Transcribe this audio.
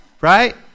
right